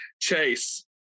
chase